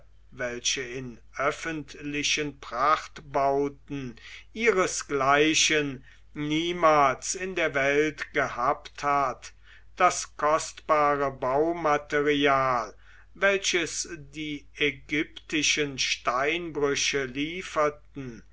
welche in öffentlichen prachtbauten ihresgleichen niemals in der welt gehabt hat das kostbare baumaterial welches die ägyptischen steinbrüche lieferten